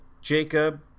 Jacob